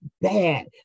bad